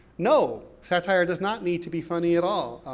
no. satire does not need to be funny at all.